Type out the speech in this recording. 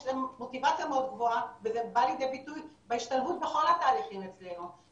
יש מוטיבציה מאוד גבוהה וזה בא לידי ביטוי בהשתלבות בכל התהליכים אצלנו.